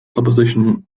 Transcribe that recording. opposition